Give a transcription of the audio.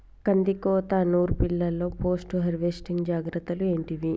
కందికోత నుర్పిల్లలో post harvesting జాగ్రత్తలు ఏంటివి?